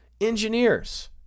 engineers